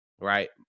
right